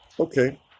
Okay